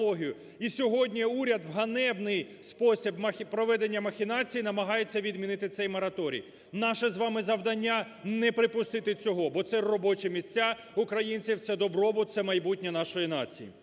І сьогодні уряд в ганебний спосіб проведення махінацій намагається відмінити цей мораторій. Наше з вами завдання не припустити цього, бо це робочі місця українців, це добробут, це майбутнє нашої нації.